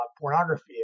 pornography